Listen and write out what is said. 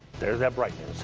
there's that brightness.